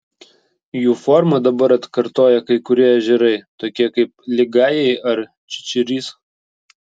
jų formą dabar atkartoja kai kurie ežerai tokie kaip ligajai ar čičirys